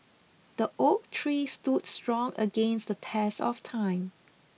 the oak tree stood strong against the test of time